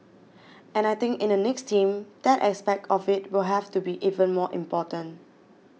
and I think in the next team that aspect of it will have to be even more important